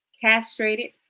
castrated